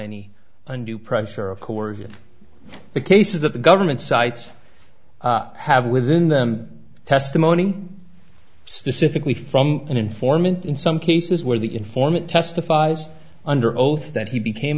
any undue pressure of coercion the case is that the government sites have within them testimony specifically from an informant in some cases where the informant testifies under oath that he became